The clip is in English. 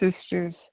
sisters